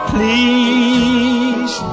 Please